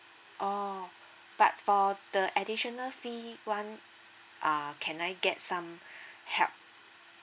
oh but for the additional fee one uh can I get some help